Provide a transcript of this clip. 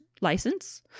license